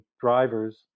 drivers